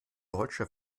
deutsche